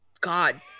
God